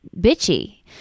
bitchy